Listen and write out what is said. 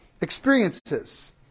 experiences